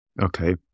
Okay